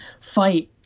fight